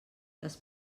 les